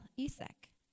Isaac